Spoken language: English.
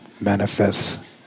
manifests